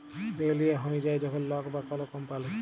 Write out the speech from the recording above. দেউলিয়া হঁয়ে যায় যখল লক বা কল কম্পালি